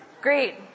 Great